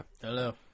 Hello